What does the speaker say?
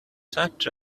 such